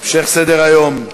המשך סדר-היום: